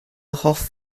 hoff